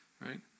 right